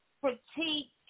critique